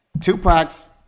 Tupac's